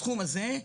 הסכום הזה,